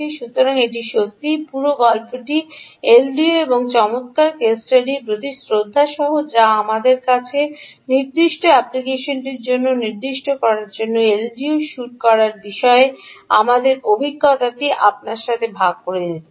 সুতরাং এটি সত্যিই পুরো গল্পটি এলডিও এবং চমৎকার কেস স্টাডির প্রতি শ্রদ্ধা সহ যা আমাদের কাছে নির্দিষ্ট অ্যাপ্লিকেশনটির জন্য নির্দিষ্ট করার জন্য এলডিও সুর করার বিষয়ে আমাদের অভিজ্ঞতাটি আপনার সাথে ভাগ করে নিতে চাই